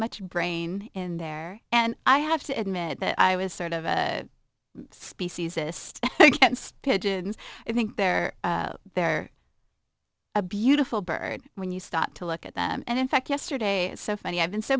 much brain in there and i have to admit that i was sort of a species this pigeons i think there they're a beautiful bird when you stop to look at them and in fact yesterday it's so funny i've been so